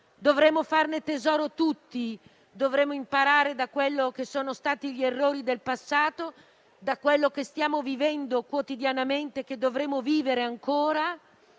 dovremo farne tesoro tutti, dovremo imparare dagli errori del passato e da quello che stiamo vivendo quotidianamente e che dovremo vivere ancora.